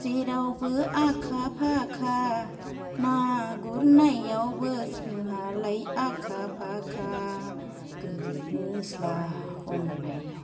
जेरावबो अखा फाखा ना गुरनायावबो जोंहालाय आखा फाखा गोरि निस्ला हमनायाव